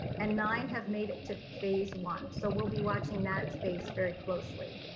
and nine have made it to phase one. so we'll be watching that space very closely.